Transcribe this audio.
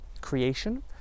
creation